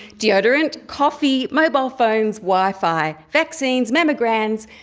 deodorant, coffee, mobile phones, wi-fi, vaccines, mammograms,